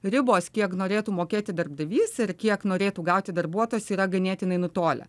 ribos kiek norėtų mokėti darbdavys ir kiek norėtų gauti darbuotojas yra ganėtinai nutolę